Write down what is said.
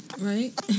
right